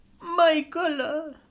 Michael